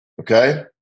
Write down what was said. Okay